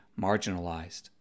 marginalized